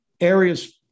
areas